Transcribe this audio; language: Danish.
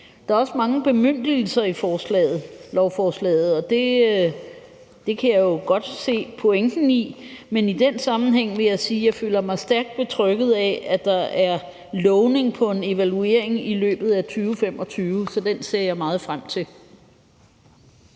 Der er også mange bemyndigelser i lovforslaget, og det kan jeg jo godt se pointen i, men i den sammenhæng vil jeg sige, at jeg føler mig stærkt betrygget af, at der er lovning på en evaluering i løbet af 2025. Så den ser jeg meget frem til.